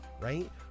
right